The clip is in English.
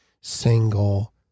single